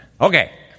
Okay